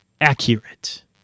accurate